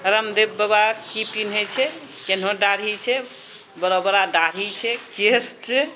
रामदेव बाबा की पिनहै छै केनहो दाढ़ी छै बड़ा बड़ा दाढ़ी छै केश छै